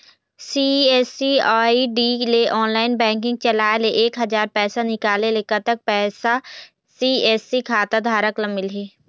CSC ID ले online banking चलाए ले एक हजार पैसा निकाले ले कतक पैसा सी.एस.सी खाता धारक ला मिलही?